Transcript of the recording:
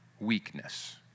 weakness